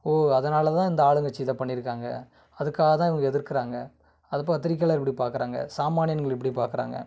ஓ அதனால்தான் இந்த ஆளுங்கட்சி இதை பண்ணியிருக்காங்க அதுக்காகதான் இவங்க எதிர்க்கிறாங்க அதை பத்திரிக்கையாளர் எப்படி பார்க்கறாங்க சாமானியன்கள் எப்படி பார்க்கறாங்க